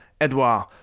Edouard